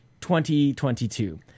2022